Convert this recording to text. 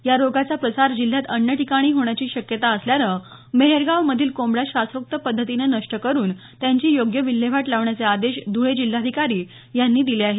या रोगाचा प्रसार जिल्ह्यात अन्य ठिकाणी होण्याची शक्यता असल्यानं मेहेरगाव मधील कोंबड्या शास्त्रोक्त पद्धतीनं नष्ट करून त्यांची योग्य विल्हेवाट लावण्याचे आदेश ध्रळे जिल्हाधिकारी यांनी जारी केले आहेत